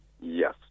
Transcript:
Yes